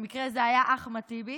במקרה זה היה אחמד טיבי,